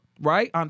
right